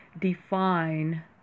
define